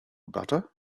butter